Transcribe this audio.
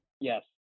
Yes